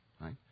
right